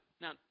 now